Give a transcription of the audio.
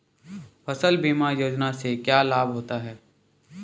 फसल बीमा योजना से क्या लाभ होता है?